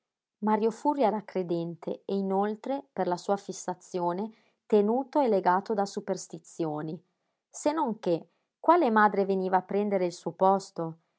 mario furri era credente e inoltre per la sua fissazione tenuto e legato da superstizioni se non che quale madre veniva a prendere il suo posto